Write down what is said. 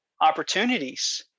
opportunities